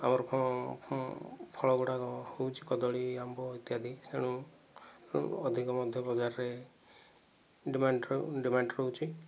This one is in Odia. ଆମର ଫଳ ଗୁଡ଼ାକ ହେଉଛି କଦଳୀ ଆମ୍ବ ଇତ୍ୟାଦି ତେଣୁ ଅଧିକ ମଧ୍ୟ ବଜାରରେ ଡିମାଣ୍ଡ ଡିମାଣ୍ଡ ରହୁଚି